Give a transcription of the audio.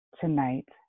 tonight